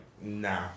Nah